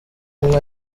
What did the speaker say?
umwe